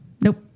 nope